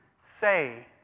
say